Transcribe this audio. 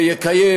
ויקיים,